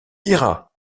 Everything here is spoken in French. ira